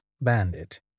Bandit